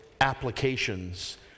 applications